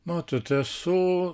matot esu